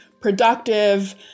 productive